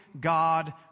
God